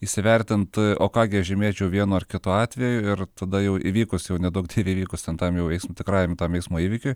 įsivertint o ką gi aš žymėčiau vienu ar kitu atveju ir tada jau įvykus jau neduok dieve įvykus ten tam jau eismo tikrajam tam eismo įvykiui